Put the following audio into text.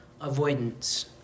avoidance